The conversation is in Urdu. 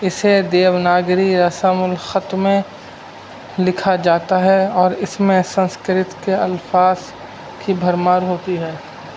اسے دیونااگری رسم الخط میں لکھا جاتا ہے اور اس میں سنسکرت کے الفاظ کی بھرمار ہوتی ہے